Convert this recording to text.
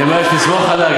אני אומר שתסמוך עלייך.